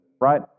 right